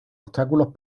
obstáculos